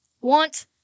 want